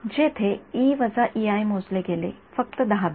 जेथे मोजले गेले फक्त १0 बिंदू